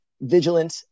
vigilant